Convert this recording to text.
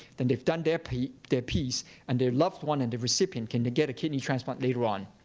then they've done their piece their piece and their loved one and the recipient can get a kidney transplant later on.